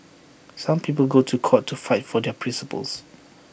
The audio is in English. some people go to court to fight for their principles